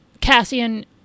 Cassian